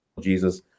Jesus